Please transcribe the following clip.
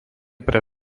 pre